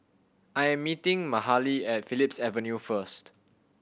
I am meeting Mahalie at Phillips Avenue first